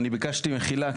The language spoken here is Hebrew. אני ביקשתי מחילה,